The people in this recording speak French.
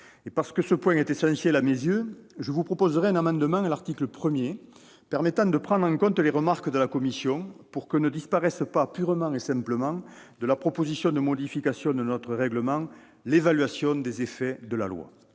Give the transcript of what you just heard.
Parce que ce point est essentiel à mes yeux, je présenterai un amendement à l'article 1 visant à prendre en compte les remarques de la commission, pour que ne disparaisse pas purement et simplement de la proposition de modification de notre règlement l'évaluation des effets de la loi.